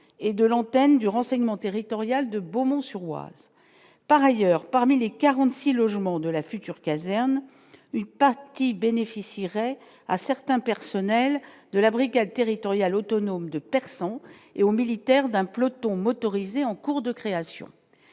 et de l'antenne du renseignement territorial de Beaumont-sur-Oise par ailleurs, parmi les 46 logements de la future caserne parce qui bénéficierait à certains personnels de la brigade territoriale autonome de persan et aux militaires d'un peloton motorisé en cours de création